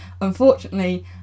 unfortunately